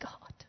God